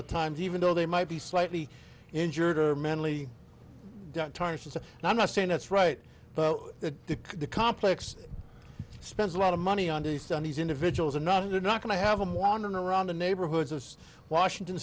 of times even though they might be slightly injured or mentally times i'm not saying that's right well the plex spends a lot of money on the son these individuals are not they're not going to have him wandering around the neighborhoods of washington